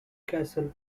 castle